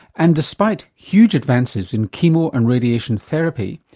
and despite huge advances in chemo and radiation therapy,